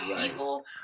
people